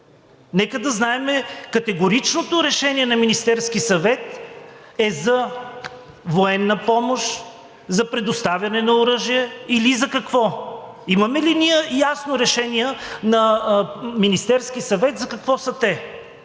Нека да знаем, категоричното решение на Министерския съвет е: за военна помощ, за предоставяне на оръжие или за какво? Имаме ли ясно решение на Министерския съвет за какво са те?